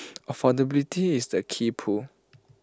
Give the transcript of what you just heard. affordability is the key pull